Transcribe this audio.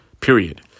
Period